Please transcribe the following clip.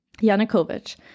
Yanukovych